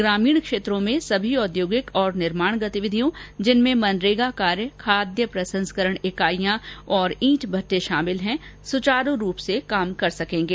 ग्रामीण क्षेत्रों में सभी औद्योगिक और निर्माण गतिविधियों जिनमें मनरेगा कार्य खाद्य प्रसंस्करण इकाइयां और ईट मट्टे शामिल है सुचारु रूप से कार्य कर सकेंगे